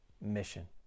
mission